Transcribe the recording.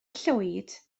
llwyd